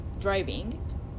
driving